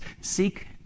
Seek